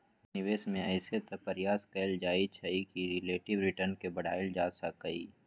निवेश में अइसे तऽ प्रयास कएल जाइ छइ कि रिलेटिव रिटर्न के बढ़ायल जा सकइ